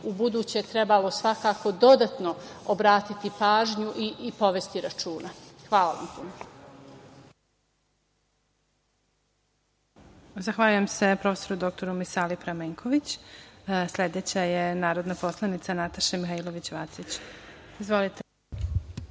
u buduće trebalo svakako dodatno obratiti pažnju i povesti računa. Hvala. **Elvira Kovač** Zahvaljujem se prof. dr Misali Pramenković. Sledeća je narodna poslanica Nataša Mihailović Vacić. Izvolite.